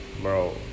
bro